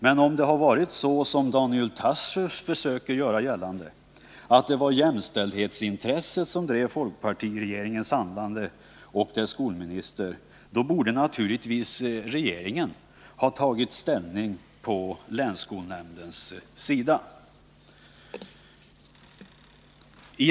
Men om det var så som Daniel Tarschys försöker göra gällande att jämställdhetsintresset drev folkpartiregeringens och dess skolministers handlande, borde naturligtvis regeringen ha ställt sig på länsskolnämndens sida.